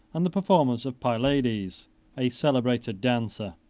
and the performances of pylades, a celebrated dancer.